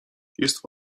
jest